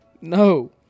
No